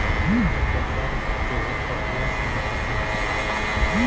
खर पतवार के कटला से भी खत्म हो जाला